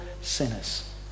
sinners